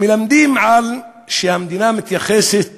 המלמדים שהמדינה מתייחסת